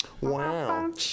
Wow